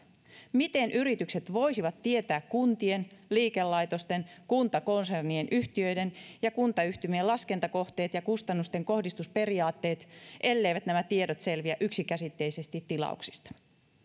miten yritykset voisivat tietää kuntien liikelaitosten kuntakonsernien yhtiöiden ja kuntayhtymien laskentakohteet ja kustannusten kohdistusperiaatteet elleivät nämä tiedot selviä yksikäsitteisesti tilauksista